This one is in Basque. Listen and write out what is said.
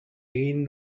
egin